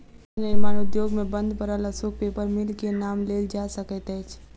कागज निर्माण उद्योग मे बंद पड़ल अशोक पेपर मिल के नाम लेल जा सकैत अछि